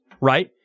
right